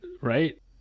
right